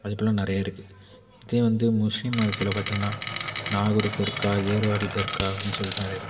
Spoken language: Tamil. அதுப்போல நிறைய இருக்கு இதே வந்து முஸ்லீம் மதத்தில் பார்த்திங்கன்னா நாகூரு தர்க்கா ஏர்வாடி தர்க்கா அப்படினு சொல்லிட்டு நிறைய இருக்குது